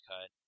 Cut